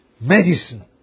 medicine